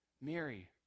mary